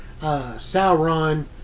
Sauron